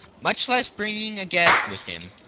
much less bringing a guest with him